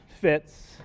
fits